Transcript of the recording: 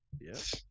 Yes